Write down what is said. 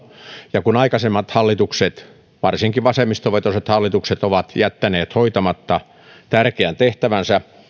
ja kun aikaisemmat hallitukset varsinkin vasemmistovetoiset hallitukset ovat jättäneet hoitamatta tärkeän tehtävänsä